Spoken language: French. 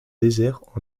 désert